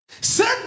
Set